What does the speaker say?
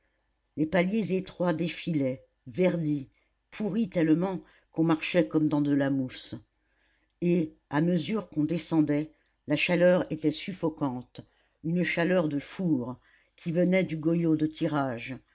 les paliers étroits défilaient verdis pourris tellement qu'on marchait comme dans de la mousse et à mesure qu'on descendait la chaleur était suffocante une chaleur de four qui venait du goyot de tirage